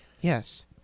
Yes